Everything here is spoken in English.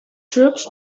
troops